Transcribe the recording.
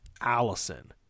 Allison